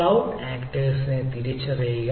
cloud ആക്ടർസിനെ തിരിച്ചറിയുക